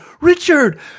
Richard